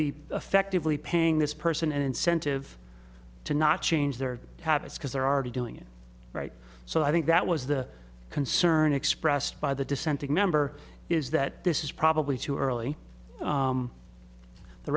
be effectively paying this person an incentive to not change their habits because there are already doing it right so i think that was the concern expressed by the dissenting member is that this is probably too early